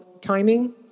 timing